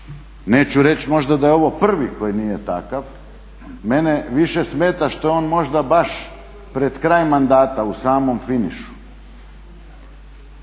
Neću reći možda da je ovo prvi koji nije takav. Mene više smeta što je on možda baš pred kraj mandata u samom finišu.